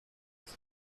also